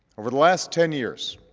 over the last ten years,